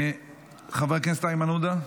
חבר הכנסת איימן עודה,